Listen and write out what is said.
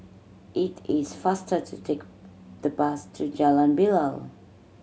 it is faster to take the bus to Jalan Bilal